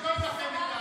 לעשרות נורבגים.